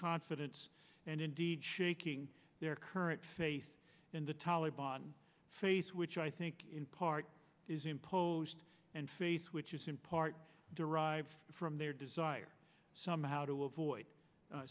confidence and indeed shaking their current faith in the talabani face which i think in part is imposed and face which is in part derive from their desire somehow to avoid